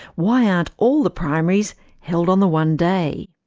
why aren't all the primaries held on the one day?